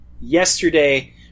yesterday